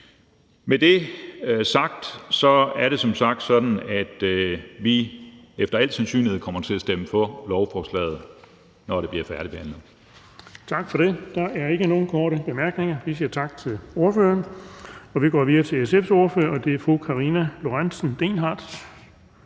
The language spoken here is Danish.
Men det er som sagt sådan, at vi efter al sandsynlighed kommer til at stemme for lovforslaget, når det bliver færdigbehandlet.